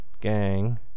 gang